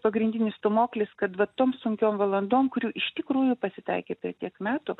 pagrindinis stūmoklis kad va tom sunkiom valandom kurių iš tikrųjų pasitaikė per tiek metų